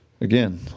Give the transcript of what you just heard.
Again